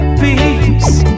peace